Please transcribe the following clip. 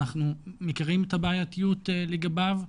אנחנו מכירים את הבעייתיות לגביו,